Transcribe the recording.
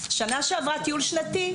שנה שעברה טיול שנתי,